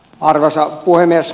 arvoisa puhemies